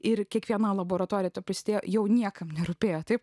ir kiekviena laboratorija to prisidėjo jau niekam nerūpėjo taip